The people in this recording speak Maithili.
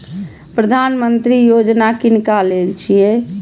प्रधानमंत्री यौजना किनका लेल छिए?